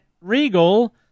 Regal